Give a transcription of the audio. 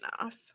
enough